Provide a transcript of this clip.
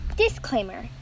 Disclaimer